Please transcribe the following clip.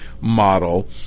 model